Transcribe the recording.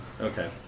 Okay